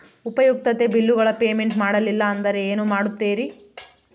ಉಪಯುಕ್ತತೆ ಬಿಲ್ಲುಗಳ ಪೇಮೆಂಟ್ ಮಾಡಲಿಲ್ಲ ಅಂದರೆ ಏನು ಮಾಡುತ್ತೇರಿ?